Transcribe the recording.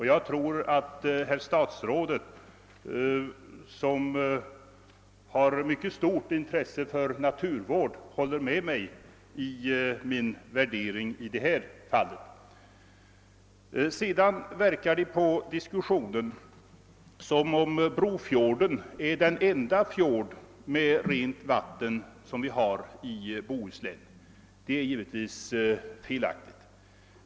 Jag tror att herr statsrådet, som har ett mycket stort intresse för naturvård, håller med mig i min värdering i detta fall. Det verkar på diskussionen som om Brofjorden är den enda fjord med rent vatten som vi har i Bohuslän. Det är givetvis felaktigt.